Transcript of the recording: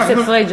חבר הכנסת פריג',